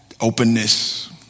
openness